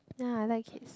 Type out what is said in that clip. ya I like kids